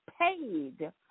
paid